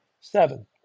Seven